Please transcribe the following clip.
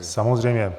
Samozřejmě.